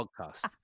podcast